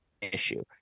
issue